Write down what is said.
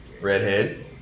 Redhead